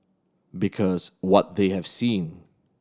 because what they have seen